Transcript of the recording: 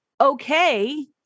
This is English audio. okay